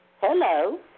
Hello